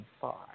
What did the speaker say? far